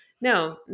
No